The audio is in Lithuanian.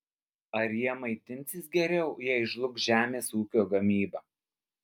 ar jie maitinsis geriau jei žlugs žemės ūkio gamyba